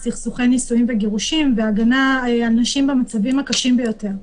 סכסוכי נישואין וגירושין והגנה על נשים במצבים הקשים ביותר.